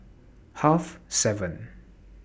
Half seven